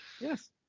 Yes